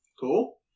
Cool